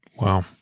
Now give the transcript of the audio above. Wow